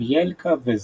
ויילקה וזלוטה.